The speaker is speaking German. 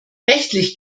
rechtlich